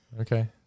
Okay